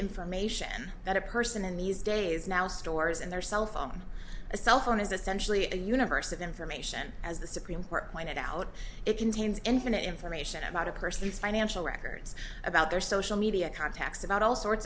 information that a person in these days now stores and their cell phone a cell phone is essentially a universe of information as the supreme court pointed out it contains infinite information about a person's financial records about their social media contacts about all sorts